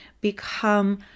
become